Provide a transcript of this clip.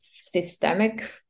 systemic